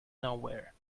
nowhere